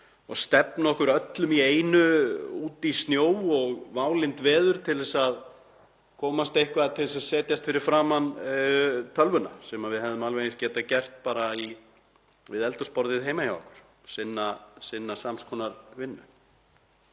og stefna okkur öllum í einu, út í snjó og válynd veður, til að komast eitthvað til að setjast fyrir framan tölvuna sem við hefðum alveg eins getað gert bara við eldhúsborðið heima hjá okkur til að sinna sams konar vinnu.